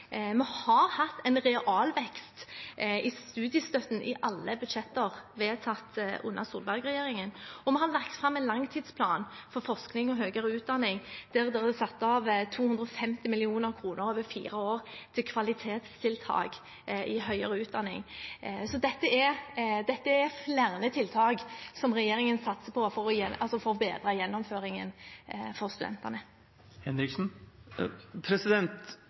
Vi har hatt en realvekst i studiestøtten i alle budsjetter vedtatt under Solberg-regjeringen, og vi har lagt fram en langtidsplan for forskning og høyere utdanning der det er satt av 250 mill. kr over fire år til kvalitetstiltak i høyere utdanning. Dette er blant flere tiltak som regjeringen satser på, for å bedre gjennomføringen for